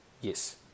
Yes